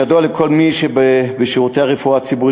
ידוע לכל מי שמצוי בשירותי הרפואה הציבורית